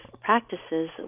practices